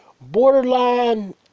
borderline